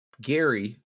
Gary